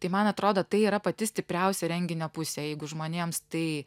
tai man atrodo tai yra pati stipriausia renginio pusė jeigu žmonėms tai